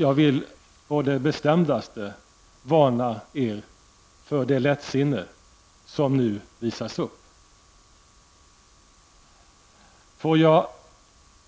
Jag vill på det bestämdaste varna er för det lättsinne som nu visas upp. Får jag